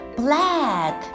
black